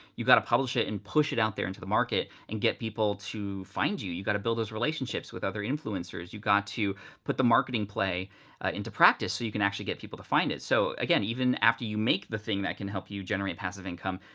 you gotta publish it and push it out there into the market and get people to find you. you gotta build those relationships with other influencers. you got to put the marketing play into practice so you can actually get people to find it. so again, even after you make the thing that can help you generate passive income,